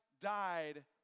died